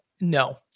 no